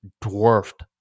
dwarfed